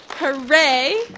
Hooray